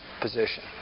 position